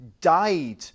died